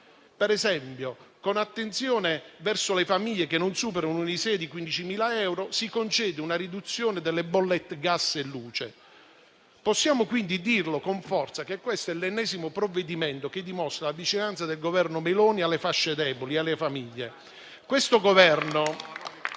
Ad esempio, con attenzione verso le famiglie che non superano un ISEE di 15.000 euro, si concede una riduzione delle bollette di gas e luce. Possiamo quindi dire con forza che questo è l'ennesimo provvedimento che dimostra la vicinanza del Governo Meloni alle fasce deboli e alle famiglie.